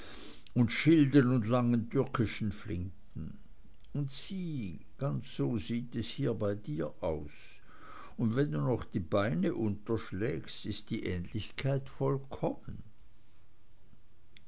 und schilden und langen türkischen flinten und sieh ganz so sieht es hier bei dir aus und wenn du noch die beine unterschlägst ist die ähnlichkeit vollkommen